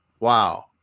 wow